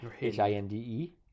H-I-N-D-E